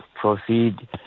Proceed